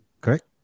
correct